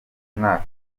umwaka